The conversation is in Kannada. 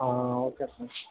ಹಾಂ ಓಕೆ ಸರ್